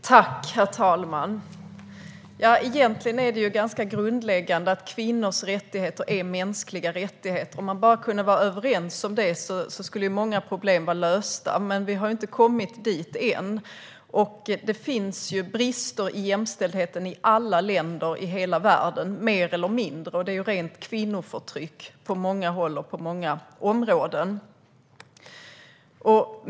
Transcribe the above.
Herr talman! Egentligen är det ganska grundläggande att kvinnors rättigheter är mänskliga rättigheter. Om man bara kunde vara överens om det skulle många problem vara lösta. Men vi har inte kommit dit än. Det finns brister i jämställdheten i alla länder i hela världen - mer eller mindre - och det är rent kvinnoförtryck på många håll och på många områden.